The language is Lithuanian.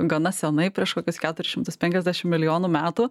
gana seniai prieš kokius keturis šimtus penkiasdešimt milijonų metų